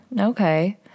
Okay